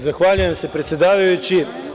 Zahvaljujem se, predsedavajući.